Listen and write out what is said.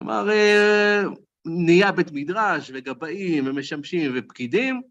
כלומר, נהיה בית מדרש וגבאים ומשמשים ופקידים.